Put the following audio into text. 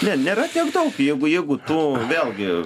ne nėra tiek daug jeigu jeigu tu vėlgi